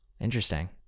Interesting